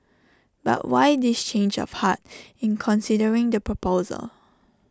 but why this change of heart in considering the proposal